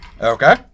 Okay